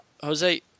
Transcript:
Jose